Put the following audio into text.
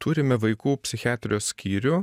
turime vaikų psichiatrijos skyrių